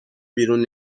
بیرون